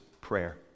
prayer